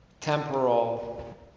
temporal